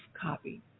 copy